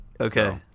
Okay